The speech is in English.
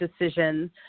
decision